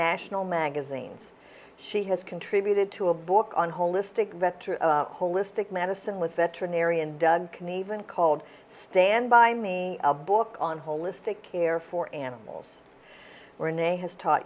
national magazines she has contributed to a book on holistic vector holistic medicine with veterinarian doug can even called stand by me a book on holistic care for animals were in a has taught